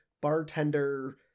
bartender